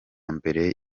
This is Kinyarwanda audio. mbere